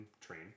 train